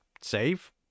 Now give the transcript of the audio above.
save